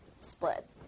split